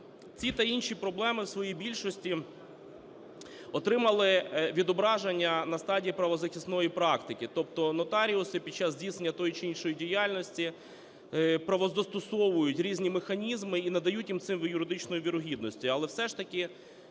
Ці та інші проблеми в своїй більшості отримали відображення на стадії правозахисної практики, тобто нотаріуси під час здійснення той чи іншої діяльності правозастосовують різні механізми і надають їм це в юридичній вірогідності.